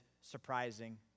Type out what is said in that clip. surprising